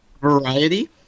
variety